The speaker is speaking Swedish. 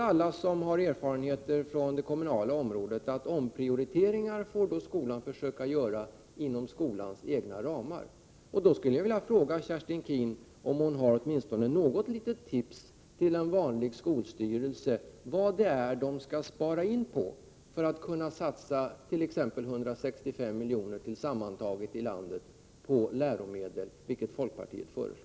Alla som har erfarenheter från det kommunala området vet att omprioriteringar är något som skolan får försöka göra inom ramen för sin egen verksamhet. Jag skulle därför vilja fråga Kerstin Keen om hon åtminstone har något litet tips till en vanlig skolstyrelse om vad det är som man skall spara in på för att kunna satsa på t.ex. läromedel, där folkpartiet föreslår en satsning på sammantaget 165 milj.kr. i landet.